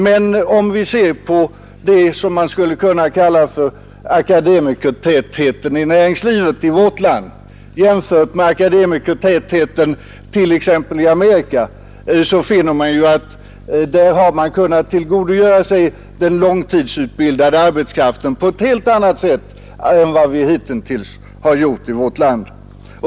Men om vi ser på det som vi skulle kunna kalla för akademikertätheten i näringslivet i vårt land jämfört med akademikertätheten i t.ex. Amerika, finner vi att man där har kunnat tillgodogöra sig den långtidsutbildade arbetskraften på ett helt annat sätt än vad vi hittills har gjort i vårt land.